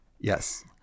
yes